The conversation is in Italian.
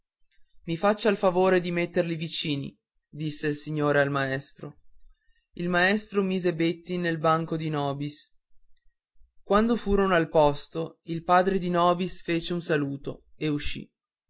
i faccia il favore di metterli vicini disse il signore al maestro il maestro mise betti nel banco di nobis quando furono al posto il padre di nobis fece un saluto ed uscì